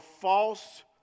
false